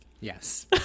yes